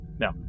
Now